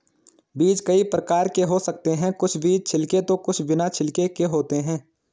बीज कई प्रकार के हो सकते हैं कुछ बीज छिलके तो कुछ बिना छिलके के होते हैं